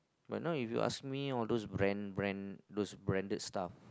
but now if you ask me all those brand brand those branded stuff